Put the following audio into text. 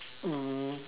um